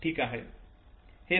ठीक आहे